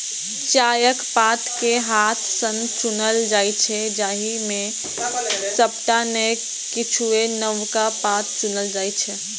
चायक पात कें हाथ सं चुनल जाइ छै, जाहि मे सबटा नै किछुए नवका पात चुनल जाइ छै